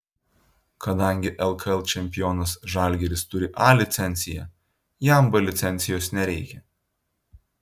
kadangi lkl čempionas žalgiris turi a licenciją jam b licencijos nereikia